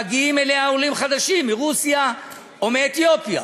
שמגיעים אליה עולים חדשים מרוסיה או מאתיופיה,